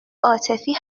عاطفی